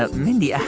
ah mindy, yeah